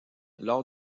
lors